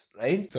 right